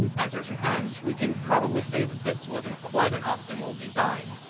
answers in hand, we can probably say that this wasn't quite an optimal design.